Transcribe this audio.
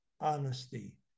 honesty